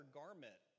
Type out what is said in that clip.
garment